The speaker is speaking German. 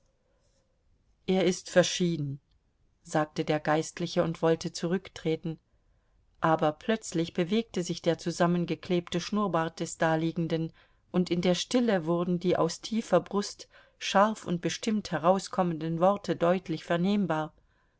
er ist verschieden sagte der geistliche und wollte zurücktreten aber plötzlich bewegte sich der zusammengeklebte schnurrbart des daliegenden und in der stille wurden die aus tiefer brust scharf und bestimmt herauskommenden worte deutlich vernehmbar